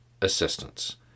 assistance